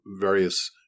various